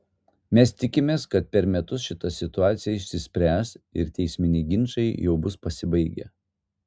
mes tikimės kad per metus šita situacija išsispręs ir teisminiai ginčai jau bus pasibaigę